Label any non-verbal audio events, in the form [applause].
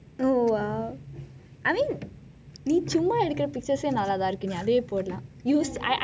o !wow! [laughs] I mean நீ சும்மா எடுக்கிற:ni summa edukira pictures eh நல்லா இருக்கிறது அதுவே போடலாம்:nalla irukirathu athuvei podalam